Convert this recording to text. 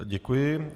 Děkuji.